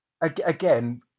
Again